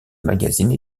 magazine